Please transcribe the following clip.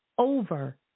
Over